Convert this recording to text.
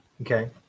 Okay